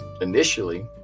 initially